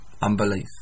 unbelief